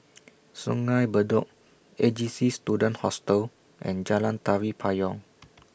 Sungei Bedok A J C Student Hostel and Jalan Tari Payong